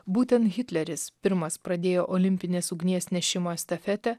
būtent hitleris pirmas pradėjo olimpinės ugnies nešimo estafetę